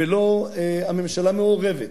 ולא הממשלה מעורבת,